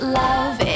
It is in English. love